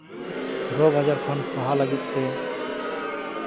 ᱨᱳᱜᱽ ᱟᱡᱟᱨ ᱠᱷᱚᱱ ᱥᱟᱦᱟᱜ ᱞᱟᱹᱜᱤᱫ ᱛᱮ